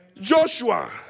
Joshua